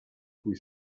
cui